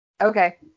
Okay